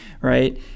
Right